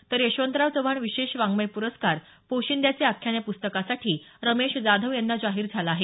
तर यशवंतराव चव्हाण विशेष वाड्मय पुरस्कार पोशिद्याचे आख्यान या प्स्तकासाठी रमेश जाधव यांना जाहीर झाला आहे